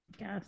Yes